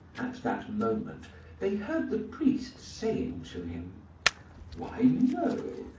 at that moment they heard the priest saying to him why no,